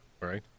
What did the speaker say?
Right